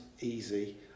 easy